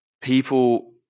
people